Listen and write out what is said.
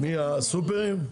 הסופרים?